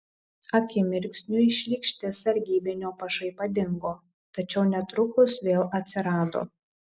akimirksniui šlykšti sargybinio pašaipa dingo tačiau netrukus vėl atsirado